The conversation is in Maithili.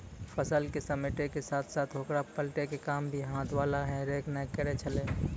फसल क समेटै के साथॅ साथॅ होकरा पलटै के काम भी हाथ वाला हे रेक न करै छेलै